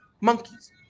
monkeys